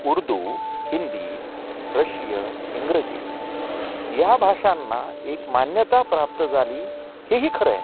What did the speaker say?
Urdu Hindi Russian इंग्रजी या भाषांना एक मान्यता प्राप्त झाली हे ही खरं आहे